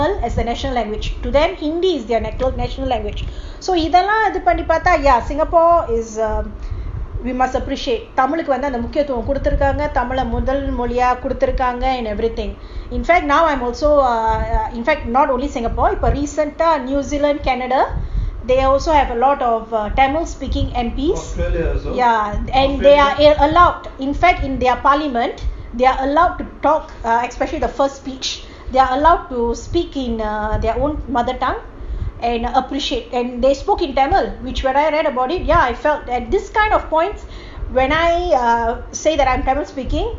as a national language to them hindi is their national language so இதெல்லாம்இதுபண்ணிபார்த்தா:idhellam idhu panni partha singapore is um we must appreciate தமிழுக்குஒருமுக்கியத்துவம்கொடுத்துருக்காங்கதமிழமுதல்மொழியாகொடுத்துருக்காங்க:tamiluku oru mukiyathuvam koduthurukanga tamila muthalmoliya koduthurukanga and everything in fact now I'm also in fact not also singapore but new zealand canada they also have a lot of tamil speaking M_P ya and they are allowed in fact in their parliament they allowed to talk especially in their first speech they are allowed to speak in ugh their own mothertongue and appreciate and they spoke in tamil which I read about it ya I felt these kind of points when I say I am tamil speaking